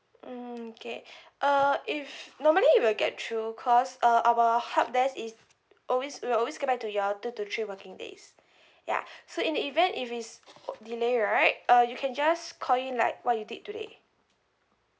mm K uh if normally it will get through cause uh our help desk is always will always get back to you all two to three working days ya so in the event if it's delayed right uh you can just call in like what you did today